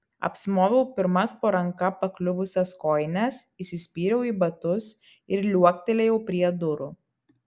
apsimoviau pirmas po ranka pakliuvusias kojines įsispyriau į batus ir liuoktelėjau prie durų